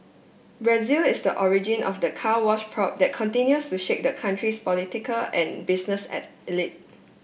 Brazil is the origin of the Car Wash probe that continues to shake the country's political and business at elite